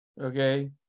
okay